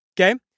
Okay